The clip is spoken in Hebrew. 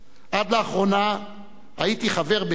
עד לאחרונה הייתי חבר ב"כת"